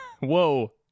Whoa